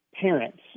parents